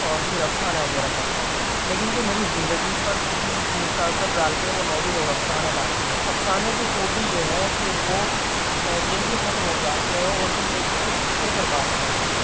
اور پھر افسانے وغیرہ پڑھتا ہوں لیکن جو میری زندگی پر کسی بھی چیز کا اثر ڈالتے ہیں وہ ناول اور افسانے ڈالتے ہیں افسانے کی خوبی یہ ہے کہ وہ جلدی ختم ہو جاتے ہیں اور زندگی کے حصے پر بات کرتے ہیں